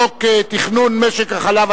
חוק תכנון משק החלב,